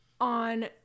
On